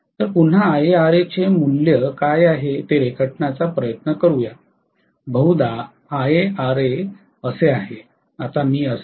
तर पुन्हा IaRa चे मूल्य काय आहे ते रेखाटण्याचा प्रयत्न करूया बहुधा IaRa असे आहे